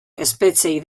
espetxeei